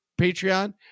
Patreon